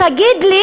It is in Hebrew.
תגיד לי